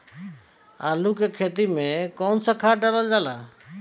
आलू के खेती में कवन सा खाद डालल जाला?